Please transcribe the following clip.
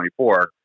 2024